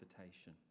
invitation